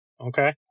Okay